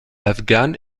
afghane